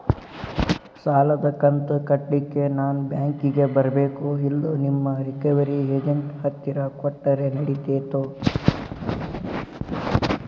ಸಾಲದು ಕಂತ ಕಟ್ಟಲಿಕ್ಕೆ ನಾನ ಬ್ಯಾಂಕಿಗೆ ಬರಬೇಕೋ, ಇಲ್ಲ ನಿಮ್ಮ ರಿಕವರಿ ಏಜೆಂಟ್ ಹತ್ತಿರ ಕೊಟ್ಟರು ನಡಿತೆತೋ?